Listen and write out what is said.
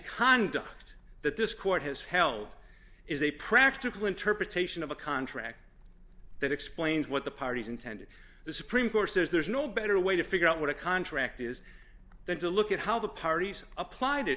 conduct that this court has held is a practical interpretation of a contract that explains what the parties intended the supreme court says there's no better way to figure out what a contract is than to look at how the parties applied it